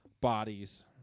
bodies